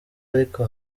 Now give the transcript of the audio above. ariko